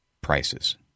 prices